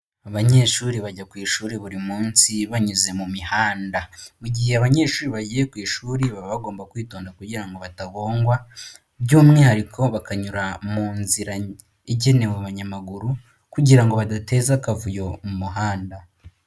Abanyeshuri bajya ku ishuri buri munsi banyuze mu mihanda, mu gihe abanyeshuri bagiye ku ishuri baba bagomba kwitonda kugira ngo batagongwa by'umwihariko bakanyura mu nzira igenewe abanyamaguru kugira ngo badateza akavuyo mu muhanda.